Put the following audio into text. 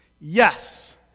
Yes